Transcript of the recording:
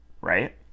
right